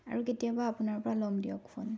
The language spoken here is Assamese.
আৰু কেতিয়াবা আপোনাৰ পৰা ল'ম দিয়ক ফোন